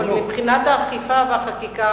אבקש לדון בנושא באחת מהוועדות שיוחלט עליה.